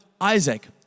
Isaac